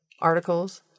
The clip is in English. articles